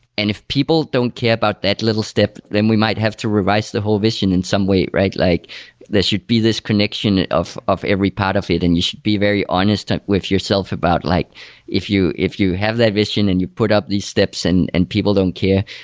and if people don't care about that little step, then we might have to revise the whole vision in some way, like there should be this connection of of every part of it and you should be very honest with yourself about like if you if you have that vision and you put up these steps and and people don't care,